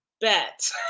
bet